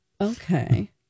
Okay